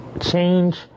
change